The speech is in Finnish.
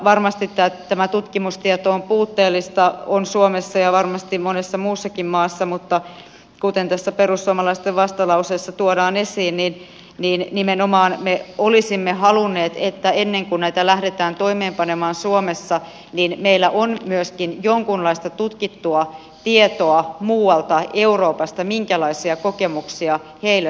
varmasti tämä tutkimustieto on puutteellista suomessa ja varmasti monessa muussakin maassa mutta kuten tässä perussuomalaisten vastalauseessa tuodaan esiin niin me nimenomaan olisimme halunneet että ennen kuin näitä lähdetään toimeenpanemaan suomessa meillä on myöskin jonkinlaista tutkittua tietoa muualta euroopasta minkälaisia kokemuksia heillä siellä on